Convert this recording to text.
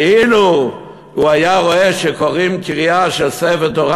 ואילו הוא היה רואה שקורעים קריעה של ספר תורה,